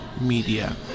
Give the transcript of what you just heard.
media